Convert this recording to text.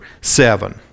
seven